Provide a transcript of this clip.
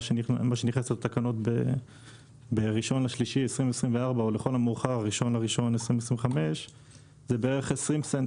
מה שנכנס לתקנות ב-1 במרץ 2024 או ה-1 בינואר 2025 זה בערך 20 סנט.